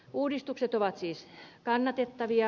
uudistukset ovat siis kannatettavia